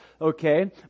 okay